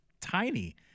tiny